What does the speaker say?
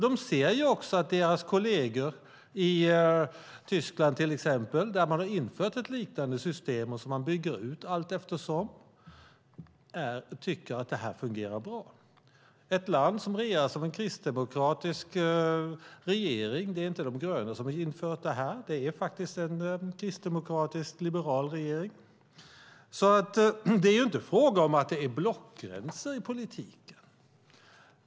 De ser också att deras kolleger i till exempel Tyskland, där man har infört ett liknande system och som man bygger ut allteftersom, tycker att det fungerar bra. Detta land regeras av en kristdemokratisk regering. Det är inte De gröna som har infört det här, utan det är faktiskt en kristdemokratisk-liberal regering. Det är inte fråga om att det är blockgränser i politiken.